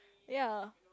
ya